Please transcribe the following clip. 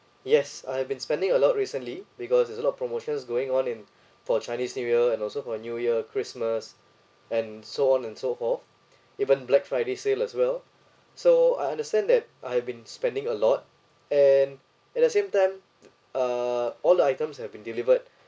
yes I've been spending a lot recently because there's a lot of promotions going on in for chinese new year and also for new year christmas and so on and so forth even black friday sale as well so I understand that I've been spending a lot and at the same time uh all the items have been delivered